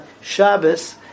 Shabbos